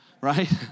right